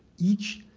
each